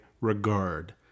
regard